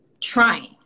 trying